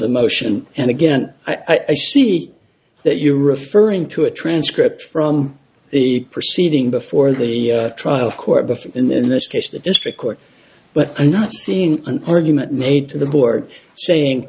the motion and again i see that you are referring to a transcript from the proceeding before the trial court before in this case the district court but i'm not seeing an argument made to the board saying